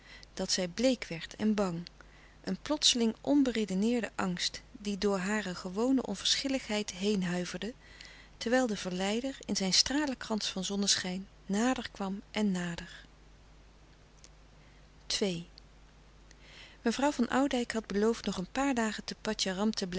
dat zij bleek werd en bang een plotseling onberedeneerde angst die door hare gewone onverschilligheid heenhuiverde terwijl de verleider in zijn stralenkrans van zonneschijn nader kwam en nader louis couperus de stille kracht mevrouw van oudijck had beloofd nog een paar dagen te